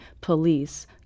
police